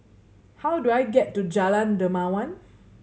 how do I get to Jalan Dermawan